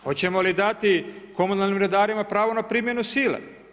Hoćemo li dati komunalnim redarima pravo na primjenu sile?